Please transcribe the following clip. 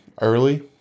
early